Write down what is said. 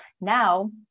now